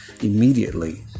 immediately